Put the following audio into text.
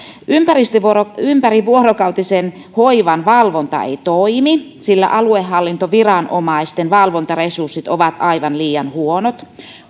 ympärivuorokautisen hoivan valvonta ei toimi sillä aluehallintoviranomaisten valvontaresurssit ovat aivan liian huonot